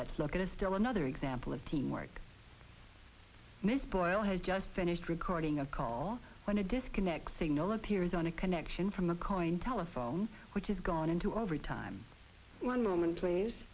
let's look at it still another example of team work mr boyle has just finished recording a call when a disconnect signal appears on a connection from the coin telephone which has gone into overtime one moment please